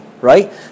right